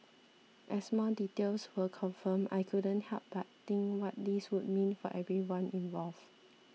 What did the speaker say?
as more details were confirmed I couldn't help but think what this would mean for everyone involved